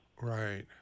Right